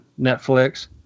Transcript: Netflix